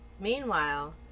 Meanwhile